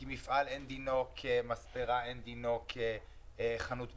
כי מפעל אין דינו כמספרה, אין דינו כחנות בגדים,